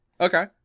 Okay